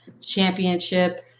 championship